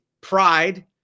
pride